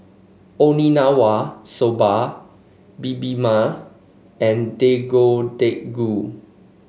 soba Bibimbap and Deodeok Gui